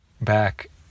back